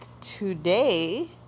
today